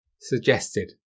suggested